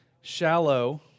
shallow